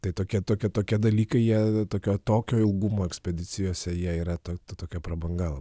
tai tokie tokie tokie dalykai jie tokio tokio ilgumo ekspedicijose jie yra tokia prabanga